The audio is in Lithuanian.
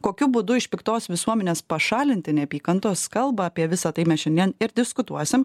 kokiu būdu iš piktos visuomenės pašalinti neapykantos kalbą apie visa tai mes šiandien ir diskutuosim